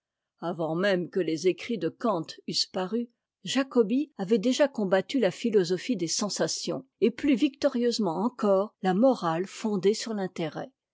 avant même que les écrits de kant eussent paru jacobi avait déjà combattu la philosophie des sensations et plus victorieusement encore la morale fondée sur l'intérêt